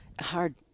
hard